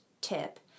tip